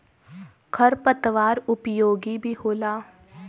खर पतवार उपयोगी भी होला